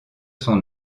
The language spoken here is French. son